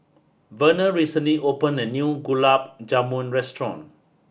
Verner recently opened a new Gulab Jamun Restaurant